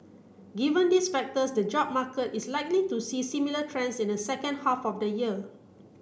given these factors the job market is likely to see similar trends in the second half of the year